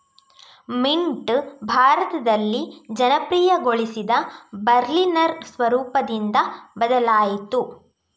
mint ಭಾರತದಲ್ಲಿ ಜನಪ್ರಿಯಗೊಳಿಸಿದ Berliner ಸ್ವರೂಪದಿಂದ ಬದಲಾಯಿತು